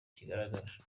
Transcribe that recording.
kigaragara